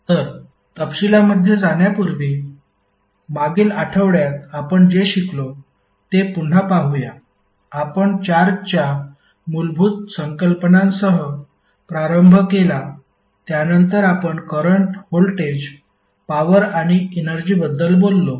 तर तपशिलांमध्ये जाण्यापूर्वी मागील आठवड्यात आपण जे शिकलो ते पुन्हा पाहूया आपण चार्जच्या मूलभूत संकल्पनांसह प्रारंभ केला त्यानंतर आपण करंट व्होल्टेज पॉवर आणि एनर्जीबद्दल बोललो